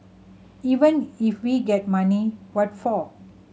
even if we get money what for